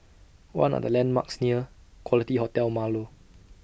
What Are The landmarks near Quality Hotel Marlow